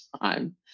time